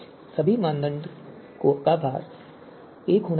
सभी मानदंडों का योग भार एक होना चाहिए